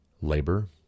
labor